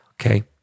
Okay